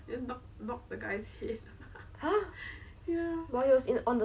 like it was like it's not clear but it's a bit frosty but yet you can see